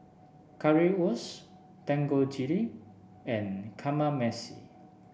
Currywurst Dangojiru and Kamameshi